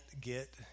get